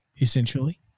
essentially